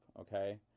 Okay